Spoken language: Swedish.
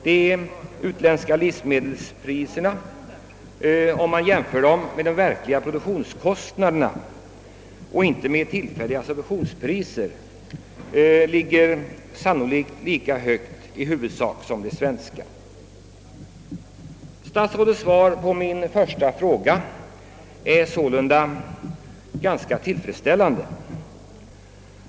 De utländska livsmedelspriserna ligger sannolikt i dag lika högt som de svenska, om hänsyn tages till de verkliga produktionskostnaderna och inte till subventionerade priser. Statsrådets svar på min första fråga är sålunda relativt tillfredsställande.